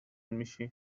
میشی